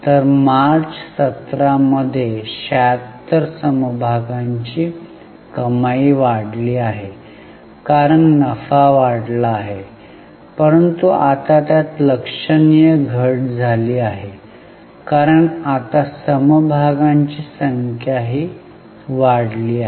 तर मार्च 17 मध्ये 76 समभागांची कमाई वाढली आहे कारण नफा वाढला आहे परंतु आता त्यात लक्षणीय घट झाली आहे कारण आता समभागांची संख्याही वाढली आहे